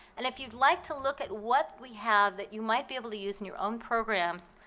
and if you'd like to look at what we have that you might be able to use in your own programs,